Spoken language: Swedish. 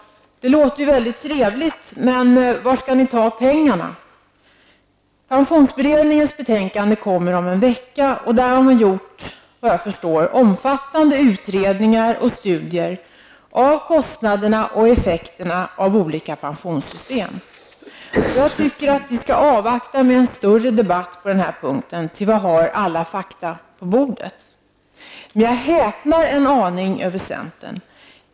Det låter ju trevligt, men var skall ni ta pengarna? Pensionsberedningens betänkande kommer om en vecka, och där har man gjort, såvitt jag förstår, omfattande utredningar och studier av kostnaderna och effekterna av olika pensionssystem. Jag tycker att vi skall avvakta med en större debatt på den här punkten tills vi har alla fakta på bordet. Jag häpnar en aning över centern.